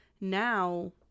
now